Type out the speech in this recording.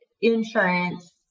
insurance